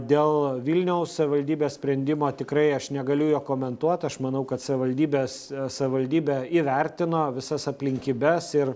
dėl vilniaus savivaldybės sprendimo tikrai aš negaliu jo komentuot aš manau kad savivaldybės savivaldybė įvertino visas aplinkybes ir